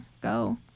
go